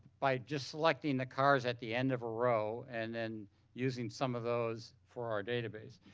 by just selecting the cars at the end of a row and then using some of those for our database.